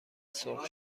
سرخ